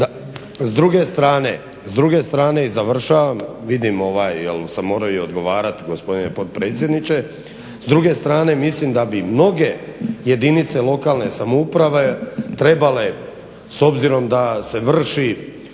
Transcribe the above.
prirez od 10%. S druge strane i završavam, vidim jer sam morao i odgovarati gospodine potpredsjedniče, s druge strane mislim da bi mnoge jedinice lokalne samouprave trebale s obzirom da se vrši